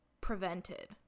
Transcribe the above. prevented